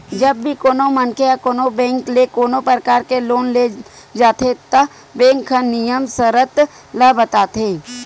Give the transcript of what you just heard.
जब भी कोनो मनखे ह कोनो बेंक ले कोनो परकार के लोन ले जाथे त बेंक ह नियम सरत ल बताथे